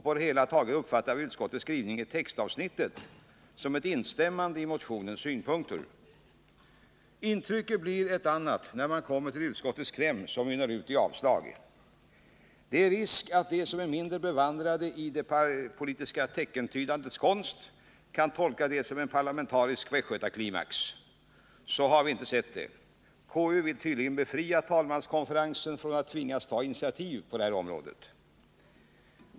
På det hela taget uppfattar vi utskottets skrivning i textavsnittet som ett instämmande i motionens synpunkter. 39 Intrycket blir ett annat när man kommer till utskottets kläm, som mynnar ut i ett avslagsyrkande. Det är riks att de som är mindre bevandrade i det politiska teckentydandets konst kan tolka detta som en parlamentarisk västgötaklimax. Så har vi inte sett det. KU vill tydligen befria talmanskonferensen från att tvingas ta initiativ på detta område.